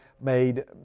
made